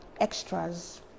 extras